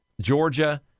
Georgia